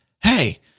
Hey